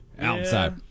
outside